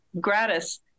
gratis